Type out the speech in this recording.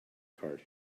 card